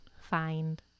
Find